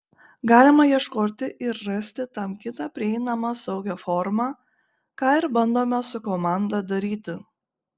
galima ieškoti ir rasti tam kitą prieinamą saugią formą ką ir bandome su komanda daryti